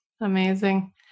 Amazing